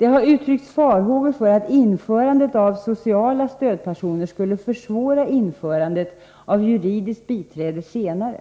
Det har uttryckts farhågor för att införandet av systemet med sociala stödpersoner skulle försvåra införandet av systemet med juridiskt biträde senare.